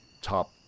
top